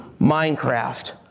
Minecraft